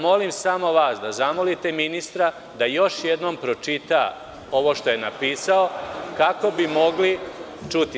Molim vas da zamolite ministra da još jednom pročita ovo što je napisao, kako bi mogli čuti.